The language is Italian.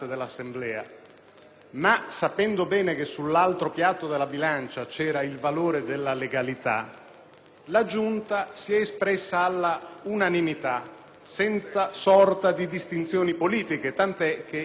e sapendo bene che sull'altro piatto della bilancia c'era il valore della legalità, la Giunta si è espressa all'unanimità senza sorta di distinzioni politiche, tant'è che i due relatori sono